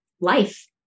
life